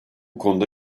konuda